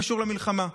קשור למלחמה?